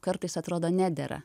kartais atrodo nedera